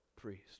priest